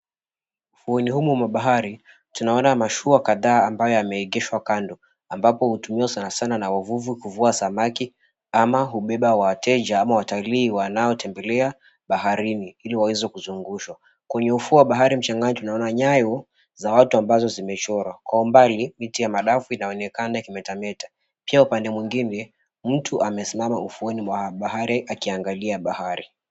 Ufuoni humu mwa bahari, tunaona mashua kadhaa ambazo zimeegeshwa kando ambapo hutumiwa sana na wavuvi kuvua samaki ama hubeba wateja ama watalii wanaotembelea baharini ili waweze kuzungushwa. Kwenye ufuo wa bahari mchangani tunaona nyayo za watu zimechorwa. Kwa umbali miti za madafu zaonekana zikimetameta. Pia upande mwingine mtu amesimama ufuoni mwa bahari akiangalia bahari.